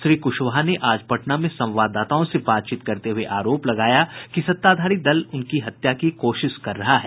श्री कुशवाहा ने आज पटना में संवाददाताओं से बातचीत करते हुए आरोप लगाया कि सत्ताधारी दल उनकी हत्या की कोशिश कर रहा है